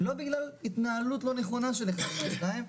לא בגלל התנהלות לא נכונה של אחד מהשניים,